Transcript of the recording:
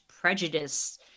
prejudice